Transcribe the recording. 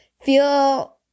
feel